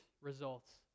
results